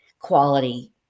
quality